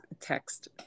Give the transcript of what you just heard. text